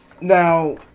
Now